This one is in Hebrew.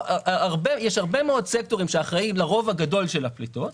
יש הרבה מאוד סקטורים שאחראים לרוב הגדול של הפליטות,